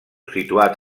situat